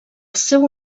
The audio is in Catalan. seu